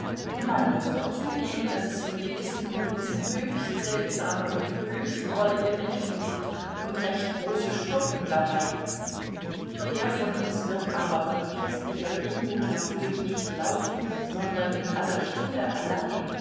man muß doch zugeben daß es in gewissen provinzen höchst seltsame und höchst drollige menschen gibt und recht große schurken dabei wer von uns wird aber von christlicher demut erfüllt nicht laut sondern in aller stille allein